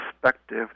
perspective